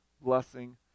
blessing